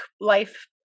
life